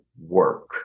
work